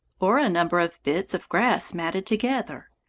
or a number of bits of grass matted together.